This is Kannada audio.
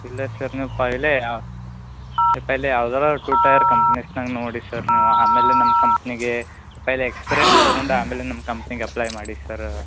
ಇಲ್ಲ ಸರ್ ನೀವು ಪೈಲೆ ನೀವು ಪೈಲೆ ಯಾವ್ದಾರೂ ಟು ಟೈಯರ್ ಕಂಪ್ನಿಸ್ನಾಗ ನೋಡಿ ಸರ್ ನೀವು ಆಮೇಲೆ ನಮ್ಮ ಕಂಪ್ನಿಗೆ ಪೈಲೆ ಎಕ್ಸ್ಪಿರೆನ್ಸ್ ತೊಗೊಂಡು ಆಮೇಲೆ ನಮ್ಮ ಕಂಪ್ನಿಗೆ ಅಪ್ಲೈ ಮಾಡಿ ಸರ